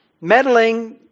meddling